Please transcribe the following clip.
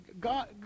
God